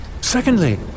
Secondly